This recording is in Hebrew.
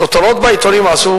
כותרות בעיתונים עשו